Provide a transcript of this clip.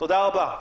תודה רבה.